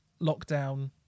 lockdown